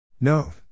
No